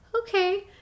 okay